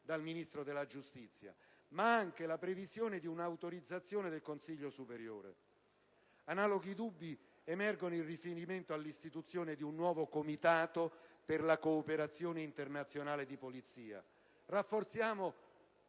dal Ministro della giustizia, ma anche la previsione di una autorizzazione del Consiglio superiore della magistratura. Analoghi dubbi emergono in riferimento all'istituzione di un nuovo Comitato per la cooperazione internazionale di polizia. Rafforziamo